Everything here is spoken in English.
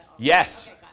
Yes